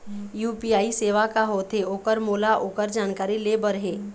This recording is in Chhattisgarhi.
यू.पी.आई सेवा का होथे ओकर मोला ओकर जानकारी ले बर हे?